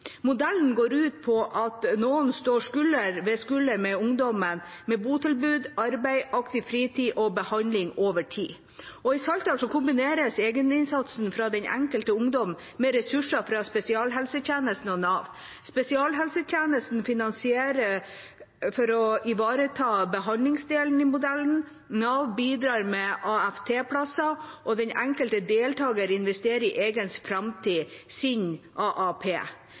Modellen går ut på at noen står skulder ved skulder med ungdommen med botilbud, arbeid, aktiv fritid og behandling over tid. I Saltdal kombineres egeninnsatsen fra den enkelte ungdom med ressurser fra spesialhelsetjenesten og Nav. Spesialhelsetjenesten finansierer for å ivareta behandlingsdelen i modellen, Nav bidrar med AFT-plasser, og den enkelte deltaker investerer i egen framtid av sin AAP.